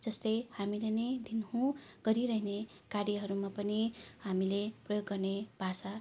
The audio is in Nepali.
जस्तै हामीले नै दिनहुँ गरिरहने कार्यहरूमा पनि हामीले प्रयोग गर्ने भाषा